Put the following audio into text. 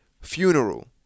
funeral